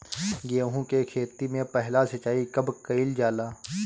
गेहू के खेती मे पहला सिंचाई कब कईल जाला?